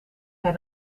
hij